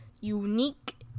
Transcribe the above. Unique